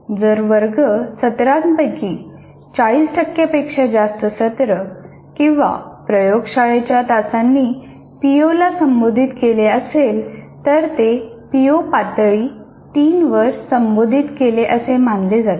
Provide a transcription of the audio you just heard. जर वर्ग सत्रांपैकी 40 पेक्षा जास्त सत्र किंवा प्रयोगशाळेच्या तासांनी पीओला संबोधित केले असेल तर ते पीओ पातळी 3 वर संबोधित केले असे मानले जाते